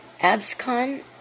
Abscon